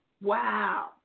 wow